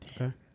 Okay